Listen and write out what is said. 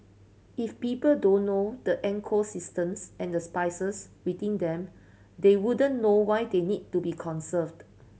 if people don't know the ecosystems and the species within them they wouldn't know why they need to be conserved